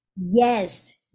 yes